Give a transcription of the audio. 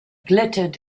glittered